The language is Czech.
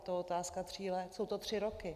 Je to otázka tří let, jsou to tři roky.